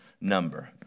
number